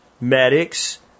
medics